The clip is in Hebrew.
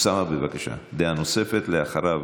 אוסאמה,